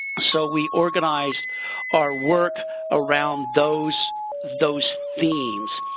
so, we organized our work around those those themes,